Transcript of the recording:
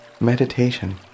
Meditation